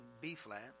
B-flat